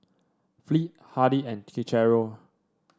Fleet Hardy and Cicero